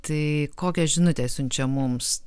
tai kokią žinutę siunčia mums